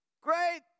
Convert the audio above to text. Great